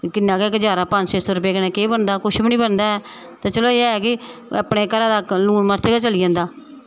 ते किन्ना गै गुजारा पंज छे सौ कन्नै केह् बनदा ऐ कुछ बी नेई बनदा ऐ ते चलो एह् ऐ कि अपने घरा दा लून मर्च गै चली जंदा